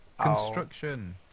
Construction